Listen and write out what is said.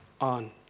on